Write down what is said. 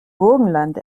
burgenland